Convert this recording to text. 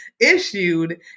issued